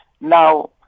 Now